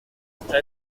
está